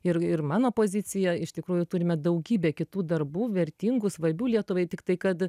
ir ir mano pozicija iš tikrųjų turime daugybę kitų darbų vertingų svarbių lietuvai tiktai kad